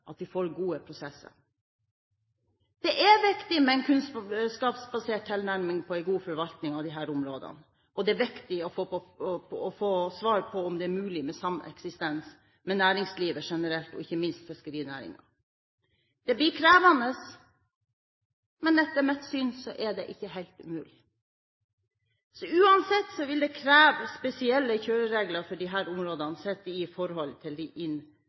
at vi får gode prosesser. Det er viktig med en kunnskapsbasert tilnærming for en god forvaltning av disse områdene. Det er viktig å få svar på om det er mulig med sameksistens med næringslivet generelt, og ikke minst med fiskerinæringen. Det blir krevende, men etter mitt syn er det ikke helt umulig. Uansett vil det kreve spesielle kjøreregler for disse områdene, sett i forhold til de